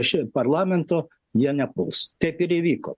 ši parlamento jie nepuls taip ir įvyko